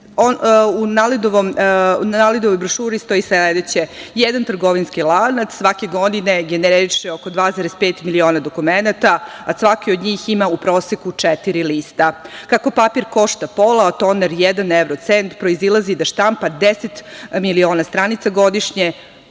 U NALED-ovoj brošuri sledeće – jedan trgovinski lanac svake godine generiše oko 2,5 miliona dokumenata, a svaki od njih ima u proseku četiri lista. Kako papir košta pola, a toner jedan evro cent, proizilazi da štampa deset miliona stranica godišnje